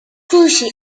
کوشی